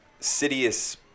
Sidious